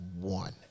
one